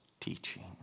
teaching